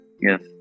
yes